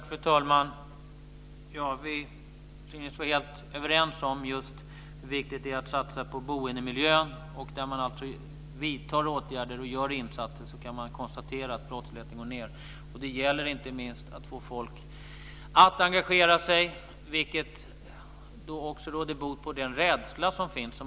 Fru talman! Vi synes vara helt överens just om hur viktigt det är att satsa på boendemiljön. Där man vidtar åtgärder och gör insatser kan man alltså konstatera att brottsligheten går ned. Det gäller inte minst att få folk att engagera sig, vilket då också råder bot på den rädsla som finns.